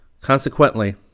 Consequently